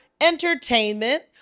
entertainment